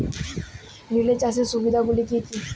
Relay চাষের সুবিধা গুলি কি কি?